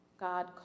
God